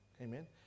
amen